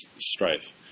strife